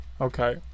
Okay